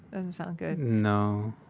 doesn't sound good no